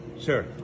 Sure